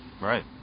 Right